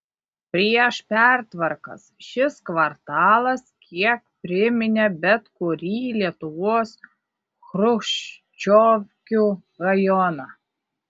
prieš pertvarkas šis kvartalas kiek priminė bet kurį lietuvos chruščiovkių rajoną